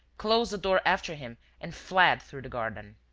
closed the door after him and fled through the garden.